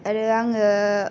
आरो आङो